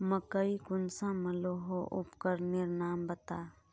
मकई कुंसम मलोहो उपकरनेर नाम बता?